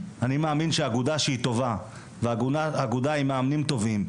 אני מאמין שאגודה שהיא טובה ואגודה עם מאמנים טובים,